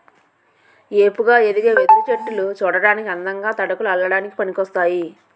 ఏపుగా ఎదిగే వెదురు చెట్టులు సూడటానికి అందంగా, తడకలు అల్లడానికి పనికోస్తాయి